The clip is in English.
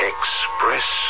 Express